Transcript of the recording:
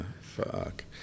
fuck